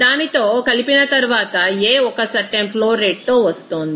దానితో కలిపిన తరువాత A ఒక సర్టెన్ ఫ్లో రేట్ తో వస్తోంది